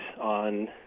on